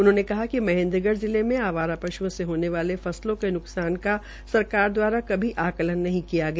उन्होंने बताया कि महेन्द्र गढ़ जिले में आवारा पशओं से होने वाले फसलों के नुकसान का सरकार दवारा कभी आंकलन नहीं किया किया